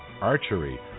archery